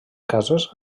cases